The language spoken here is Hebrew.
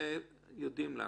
יודעים לעקוב.